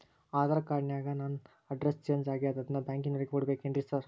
Aadhaar card ನ್ಯಾಗ ನನ್ address change ಆಗ್ಯಾದ ಅದನ್ನ ಬ್ಯಾಂಕಿನೊರಿಗೆ ಕೊಡ್ಬೇಕೇನ್ರಿ ಸಾರ್?